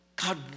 God